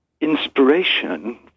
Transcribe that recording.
inspiration